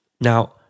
Now